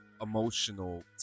emotional